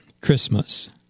Christmas